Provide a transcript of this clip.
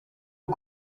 aux